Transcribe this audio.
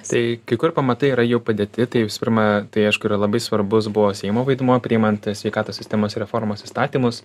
tai kai kur pamatai yra jau padėti tai visų pirma tai aišku yra labai svarbus buvo seimo vaidmuo priimant sveikatos sistemos reformos įstatymus